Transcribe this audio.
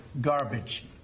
Garbage